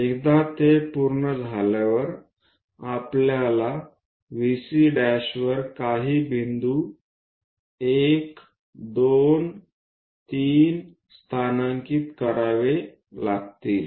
एकदा ते पूर्ण झाल्यावर आपल्याला VC' वर काही बिंदू 1 2 3 स्थानांकित करावे लागतील